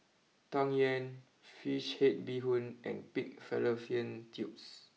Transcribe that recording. Tang Yuen Fish Head BeeHoon and Pig Fallopian Tubes